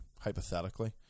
hypothetically